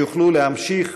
שיוכלו להמשיך